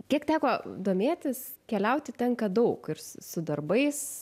kiek teko domėtis keliauti tenka daug ir su darbais